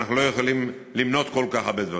ואנחנו לא יכולים למנות כל כך הרבה דברים.